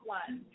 one